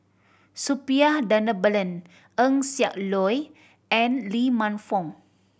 Suppiah Dhanabalan Eng Siak Loy and Lee Man Fong